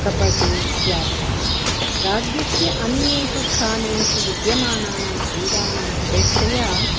कबड्डि इत्यादयः राज्यस्य अन्येषु स्थानेषु विद्यमानानां क्रीडानाम् अपेक्षया